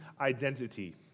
identity